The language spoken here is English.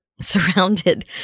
surrounded